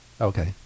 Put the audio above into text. Okay